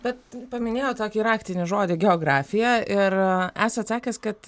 bet paminėjot tokį raktinį žodį geografija ir esat sakęs kad